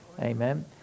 Amen